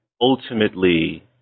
ultimately